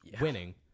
winning